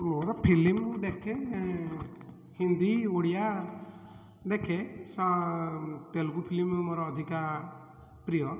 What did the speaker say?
ମୋର ଫିଲିମ୍ ଦେଖେ ହିନ୍ଦୀ ଓଡ଼ିଆ ଦେଖେ ସ ତେଲଗୁ ଫିଲ୍ମ ମୋର ଅଧିକା ପ୍ରିୟ